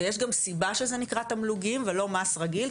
ויש גם סיבה שזה נקרא תמלוגים ולא מס רגיל,